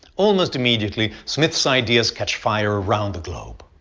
almost immediately, smith's ideas catch fire around the globe.